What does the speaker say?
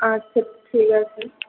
আচ্ছা ঠিক আছে